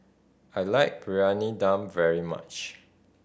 I like Briyani Dum very much